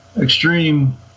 extreme